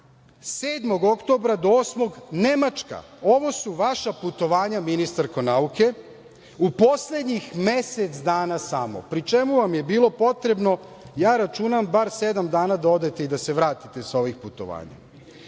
8. oktobra – Nemačka. Ovo su vaša putovanja, ministarko nauke, u poslednjih mesec dana samo, pri čemu vam je bilo potrebno, ja računam, bar sedam dana da odete i da se vratite sa ovih putovanja.